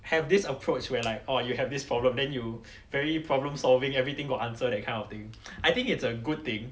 have this approach where like oh you have this problem then you very problem solving everything got answer that kind of thing I think it's a good thing